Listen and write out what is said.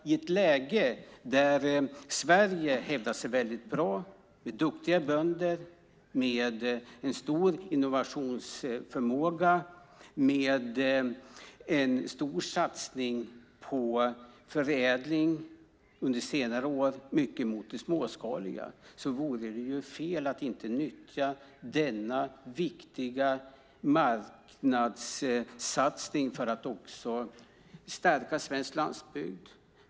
I ett läge där Sverige hävdar sig bra med duktiga bönder, en stor innovationsförmåga och en stor satsning på förädling under senare år - mycket i riktning mot det småskaliga - vore det fel att inte nyttja denna viktiga marknadssatsning för att också stärka svensk landsbygd.